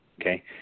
okay